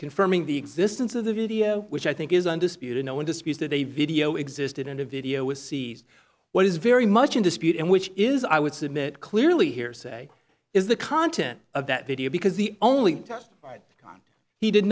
confirming the existence of the video which i think is undisputed no one disputes that a video existed in a video was seized what is very much in dispute and which is i would submit clearly hearsay is the content of that video because the only testified he did